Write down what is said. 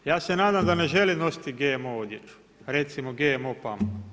Ja se nadam da ne želi nositi GMO odjeću, recimo GMO pamuk.